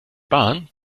bahn